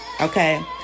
Okay